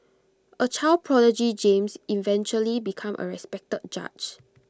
A child prodigy James eventually became A respected judge